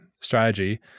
Strategy